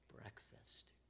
breakfast